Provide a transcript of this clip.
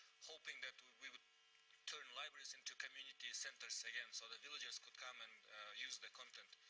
hoping that we will turn libraries into community centers again, so the villages could come and use the content.